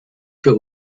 für